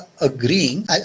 agreeing